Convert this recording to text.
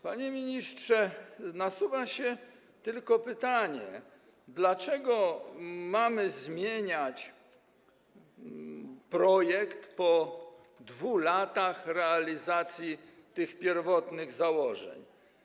Panie ministrze, nasuwa się tylko pytanie, dlaczego mamy zmieniać projekt po 2 latach realizacji tych pierwotnych założeń.